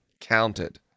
counted